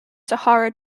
sahara